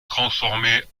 transformée